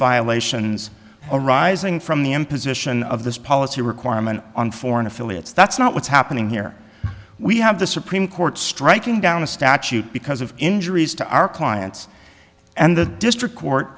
violation arising from the imposition of this policy requirement on foreign affiliates that's not what's happening here we have the supreme court striking down a statute because of injuries to our clients and the district court